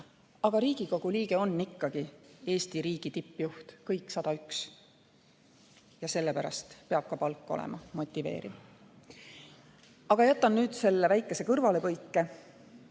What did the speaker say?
aga Riigikogu liige on ikkagi Eesti riigi tippjuht – kõik 101 – ja sellepärast peab ka palk olema motiveeriv. Aga jätan nüüd selle väikese kõrvalepõike,